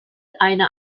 eine